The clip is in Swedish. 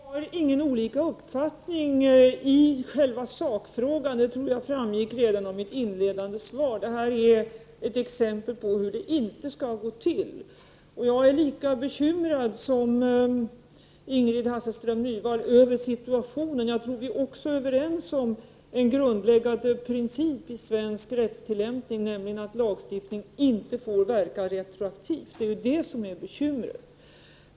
Herr talman! Vi har inte olika uppfattning i själen sakfrågan. Jag tror att detta också framgick av mitt inledande svar. Det här är ett exempel på hur det inte skall gå till. Jag är lika bekymrad som Ingrid Hasselström Nyvall över situationen. Och jag tror att vi är överens om en grundläggande princip i svensk rättstillämpning, nämligen att lagstiftning inte får verka retroaktivt. Det är just detta som är bekymret.